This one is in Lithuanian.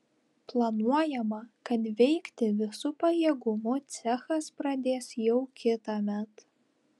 planuojama kad veikti visu pajėgumu cechas pradės jau kitąmet